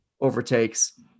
overtakes